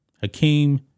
Hakeem